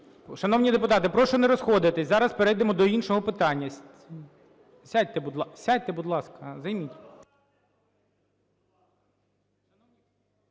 Шановні депутати, прошу не розходитись, зараз перейдемо до іншого питання. Сядьте, будь ласка, займіть…